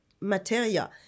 materia